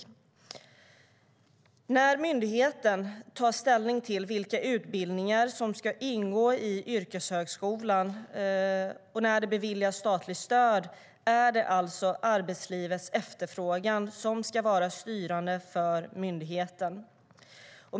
När myndigheten tar ställning till vilka utbildningar som ska ingå i yrkeshögskolan och beviljar statligt stöd är det alltså arbetslivets efterfrågan som ska vara styrande för myndigheten.